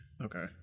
okay